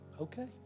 okay